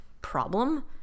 problem